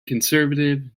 conservative